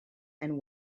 and